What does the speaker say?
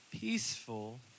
peaceful